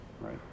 Right